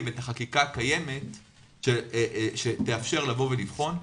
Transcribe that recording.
את החקיקה הקיימת שתאפשר לבוא ולבחון.